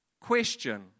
question